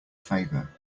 favor